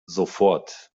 sofort